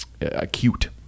acute